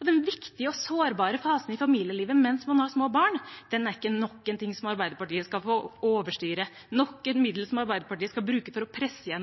Og den viktige og sårbare fasen i familielivet mens man har små barn, er ikke nok en ting som Arbeiderpartiet skal få overstyre, nok et middel som Arbeiderpartiet skal bruke for å presse